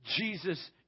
Jesus